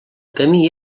camí